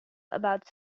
about